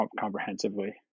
comprehensively